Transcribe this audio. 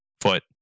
foot